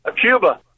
Cuba